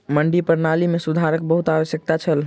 मंडी प्रणाली मे सुधारक बहुत आवश्यकता छल